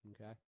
okay